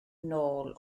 nôl